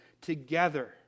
together